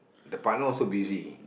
the partner also busy